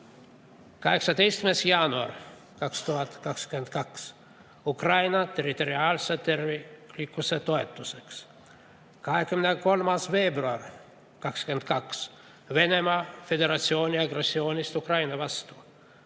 18. jaanuar 2022, Ukraina territoriaalse terviklikkuse toetuseks. 23. veebruar 2022, avaldus Venemaa Föderatsiooni agressioonist Ukraina vastu.